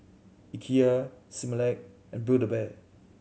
Ikea Similac and Build A Bear